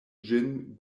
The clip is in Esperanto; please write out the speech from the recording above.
ĝin